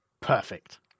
Perfect